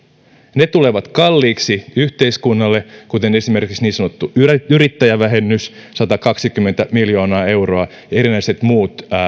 ne tulevat kalliiksi yhteiskunnalle kuten esimerkiksi niin sanottu yrittäjävähennys satakaksikymmentä miljoonaa euroa ja erinäiset muut